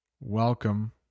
welcome